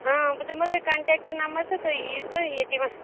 آ بہٕ دِمہو تۄہہِ کَنٹٮ۪کٹہٕ نَمبَر تہٕ تُہۍ ییٖزیٚو ییٚتی وۅنۍ